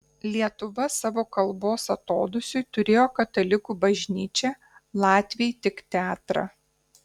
lietuva savo kalbos atodūsiui turėjo katalikų bažnyčią latviai tik teatrą